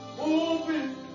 Open